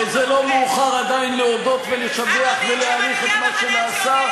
שזה לא מאוחר עדיין להודות ולשבח ולהעריך את מה שנעשה,